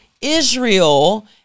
Israel